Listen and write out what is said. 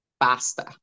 faster